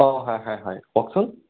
অ হয় হয় হয় কওকচোন